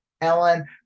Ellen